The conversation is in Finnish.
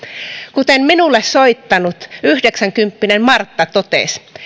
kuten minulle soittanut yhdeksänkymppinen martta totesi